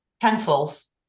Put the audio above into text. pencils